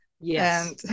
yes